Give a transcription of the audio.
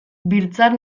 biltzar